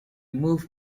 moved